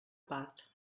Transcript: part